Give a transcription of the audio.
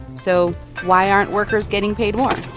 so why aren't workers getting paid more?